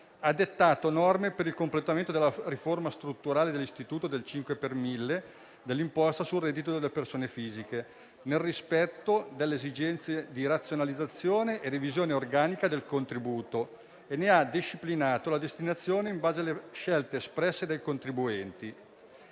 ha dettato norme per il completamento della riforma strutturale dell'istituto del 5 per mille dell'imposta sul reddito delle persone fisiche nel rispetto delle esigenze di razionalizzazione e revisione organica del contributo e ne ha disciplinato la destinazione in base alle scelte espresse dai contribuenti.